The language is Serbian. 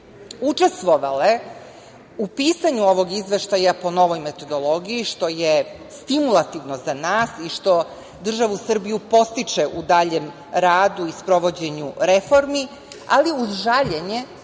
učestvovale u pisanju ovog Izveštaja po novoj metodologiji, što je nestimulativno za nas i što državu Srbiju podstiče u daljem radu i sprovođenju reformi, ali uz žaljenje